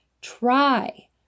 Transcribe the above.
Try